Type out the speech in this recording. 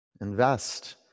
invest